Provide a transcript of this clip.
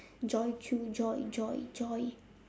joy chew joy joy joy